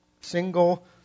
single